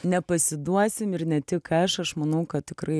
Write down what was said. nepasiduosim ir ne tik aš aš manau kad tikrai